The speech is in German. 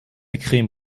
creme